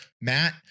Matt